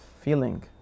feeling